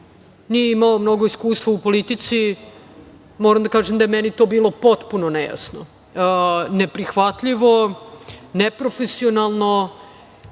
nije imao mnogo iskustva u politici, moram da kažem da je meni to bilo potpuno nejasno, neprihvatljivo, neprofesionalno,